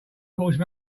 course